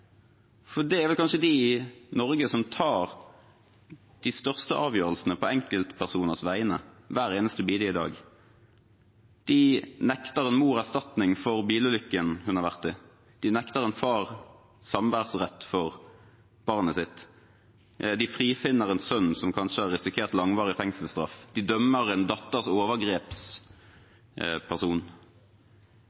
for det er vel kanskje de i Norge som tar de største avgjørelsene på enkeltpersoners vegne hver eneste, bidige dag. De nekter en mor erstatning etter bilulykken hun har vært i, de nekter en far samværsrett med barnet sitt, de frifinner en sønn som kanskje har risikert langvarig fengselsstraff, de dømmer en